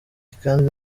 kandi